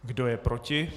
Kdo je proti?